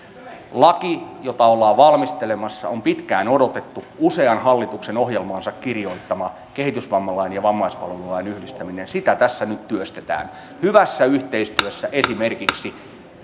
laki jota ollaan valmistelemassa on pitkään odotettu usean hallituksen ohjelmaansa kirjoittama kehitysvammalain ja vammaispalvelulain yhdistäminen sitä tässä nyt työstetään hyvässä yhteistyössä esimerkiksi